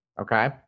Okay